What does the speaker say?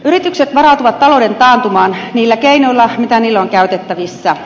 yritykset varautuvat talouden taantumaan niillä keinoilla mitä niillä on käytettävissä